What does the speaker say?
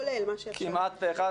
נגד?